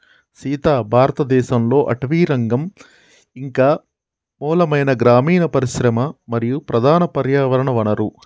సీత భారతదేసంలో అటవీరంగం ఇంక మూలమైన గ్రామీన పరిశ్రమ మరియు ప్రధాన పర్యావరణ వనరు